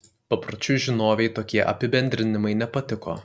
papročių žinovei tokie apibendrinimai nepatiko